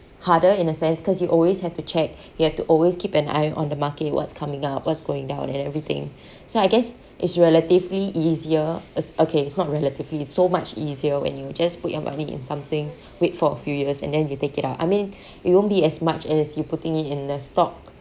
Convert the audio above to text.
harder in a sense because you always have to check you have to always keep an eye on the market what's coming up what's going down and everything so I guess it's relatively easier as okay it's not relatively it's so much easier when you just put your money in something wait for a few years and then you take it out I mean it won't be as much as you putting it in the stock